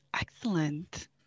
Excellent